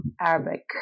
Arabic